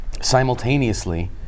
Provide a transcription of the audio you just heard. Simultaneously